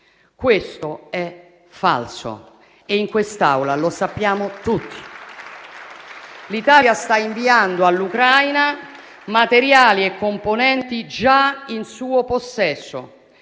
Questo è falso, e in quest'Aula lo sappiamo tutti. L'Italia sta inviando all'Ucraina materiali e componenti già in suo possesso,